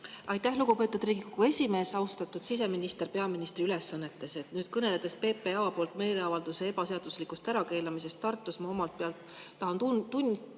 Aitäh, lugupeetud Riigikogu esimees! Austatud siseminister peaministri ülesannetes! Kõneledes PPA poolt meeleavalduse ebaseaduslikust ärakeelamisest Tartus, ma omalt poolt tahan